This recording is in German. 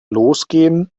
losgehen